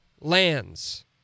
lands